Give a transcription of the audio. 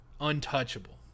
untouchable